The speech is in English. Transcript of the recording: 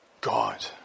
God